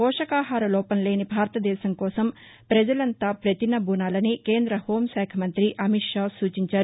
పోషకాహార లోపం లేని భారత దేశం కోసం ప్రజలంతా ప్రతినబూనాలని కేంద్ర హోం శాఖ మంత్రి అమిత్ షా సూచించారు